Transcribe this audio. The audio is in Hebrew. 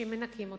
שמנכים אותה.